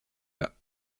bas